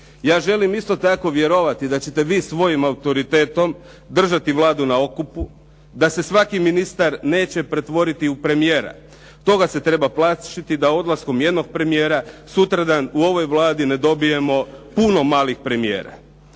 Ja želim isto tako vjerovati da ćete vi svojim autoritetom držati Vladu na okupu, da se svaki ministar neće pretvoriti u premijera. Toga se treba plašiti da odlaskom jednog premijera sutradan u ovoj Vladi ne dobijemo puno malih premijera.